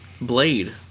Blade